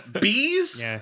bees